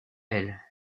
elle